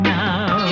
now